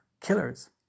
killers